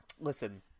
listen